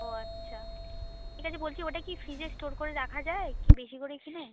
ও আচ্ছা ঠিক আছে বলছি ওটা কি ফ্রিজে স্টোর করে রাখা যায় কি বেশি করে কিনে